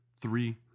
three